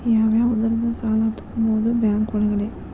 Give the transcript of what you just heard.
ಯಾವ್ಯಾವುದರಿಂದ ಸಾಲ ತಗೋಬಹುದು ಬ್ಯಾಂಕ್ ಒಳಗಡೆ?